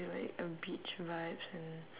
like a beach vibes and